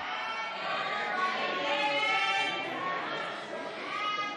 הודעת הממשלה על העברת סמכויות